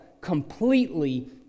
completely